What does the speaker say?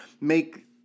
make